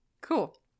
cool